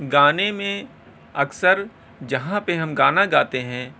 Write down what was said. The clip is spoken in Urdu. گانے میں اکثر جہاں پہ ہم گانا گاتے ہیں